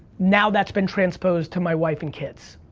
now, that's been transposed to my wife and kids,